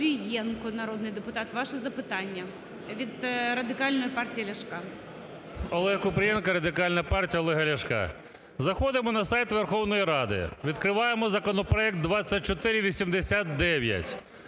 Купрієнко народний депутат, ваше запитання, від Радикальної партії Ляшка. 17:24:39 КУПРІЄНКО О.В. Олег Купрієнко, Радикальна партія Олега Ляшка. Заходимо на сайт Верховної Ради, відкриваємо законопроект 2489,